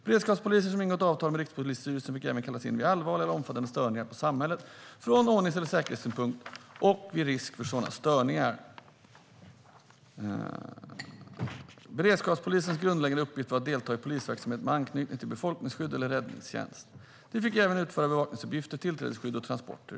Beredskapspoliser som ingått avtal med Rikspolisstyrelsen fick även kallas in vid allvarliga eller omfattande störningar på samhället från ordnings eller säkerhetssynpunkt och vid risk för sådana störningar. Beredskapspolisernas grundläggande uppgift var att delta i polisverksamhet med anknytning till befolkningsskydd eller räddningstjänst. De fick även utföra bevakningsuppgifter, tillträdesskydd och transporter.